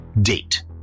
date